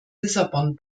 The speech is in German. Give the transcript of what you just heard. lissabon